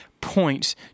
points